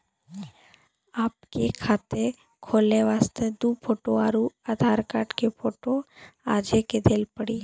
आपके खाते खोले वास्ते दु फोटो और आधार कार्ड के फोटो आजे के देल पड़ी?